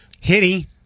Hitty